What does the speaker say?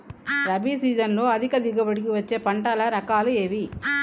రబీ సీజన్లో అధిక దిగుబడి వచ్చే పంటల రకాలు ఏవి?